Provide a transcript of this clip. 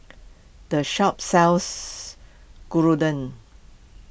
the shop sells Gyudon